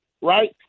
right